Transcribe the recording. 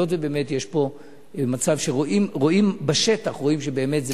היות שבאמת יש פה מצב שרואים בשטח שבאמת זה,